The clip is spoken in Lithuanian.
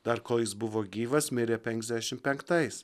dar kol jis buvo gyvas mirė penkiasdešimt penktais